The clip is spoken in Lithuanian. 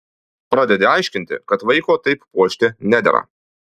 pradedi aiškinti kad vaiko taip puošti nedera